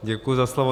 Děkuji za slovo.